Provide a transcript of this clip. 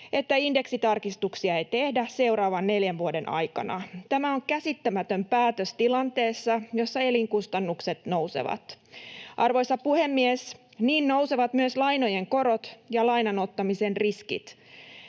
että indeksitarkistuksia ei tehdä seuraavan neljän vuoden aikana. Tämä on käsittämätön päätös tilanteessa, jossa elinkustannukset nousevat. Arvoisa puhemies! Niin nousevat myös lainojen korot ja lainanottamisen riskit.